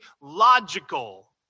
logical